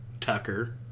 Tucker